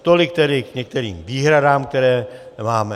Tolik tedy k některým výhradám, které máme.